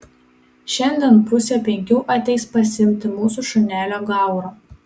šiandien pusę penkių ateis pasiimti mūsų šunelio gauro